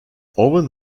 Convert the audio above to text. owen